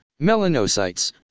melanocytes